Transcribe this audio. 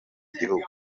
gihugu